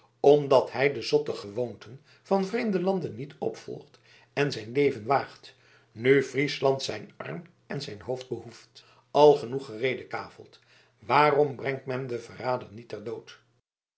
omdat hij de zotte gewoonten van vreemde landen niet opvolgt en zijn leven waagt nu friesland zijn arm en zijn hoofd behoeft al genoeg geredekaveld waarom brengt men den verrader niet ter dood